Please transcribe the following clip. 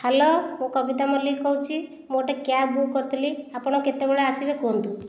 hello ମୁଁ କବିତା ମଲ୍ଲିକ କହୁଛି ମୁଁ ଗୋଟିଏ କ୍ୟାବ୍ ବୁକ୍ କରିଥିଲି ଆପଣ କେତେବେଳେ ଆସିବେ କୁହନ୍ତୁ